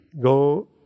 go